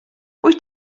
wyt